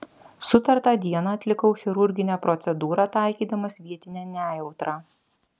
sutartą dieną atlikau chirurginę procedūrą taikydamas vietinę nejautrą